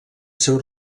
seu